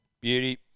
Beauty